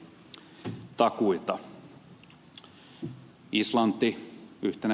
islanti yhtenä esimerkkinä